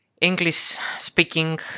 English-speaking